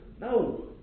No